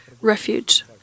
Refuge